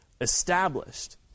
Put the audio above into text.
established